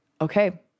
okay